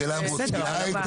השאלה, היא מוציאה היתר?